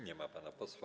Nie ma pana posła.